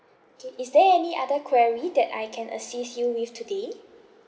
okay is there any other query that I can assist you with today